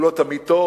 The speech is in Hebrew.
הוא לא תמיד טוב,